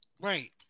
Right